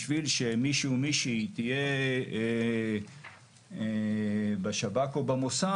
בשביל שמישהו או מישהי תהיה בשב"כ או במוסד,